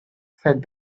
said